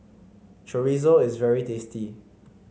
Chorizo is very tasty